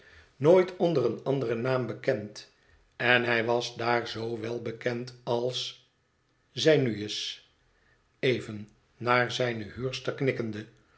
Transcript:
nooit onder een anderen naam bekend en hij was daar z wel bekend als zij nu is even naar zijne